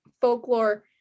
folklore